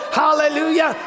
hallelujah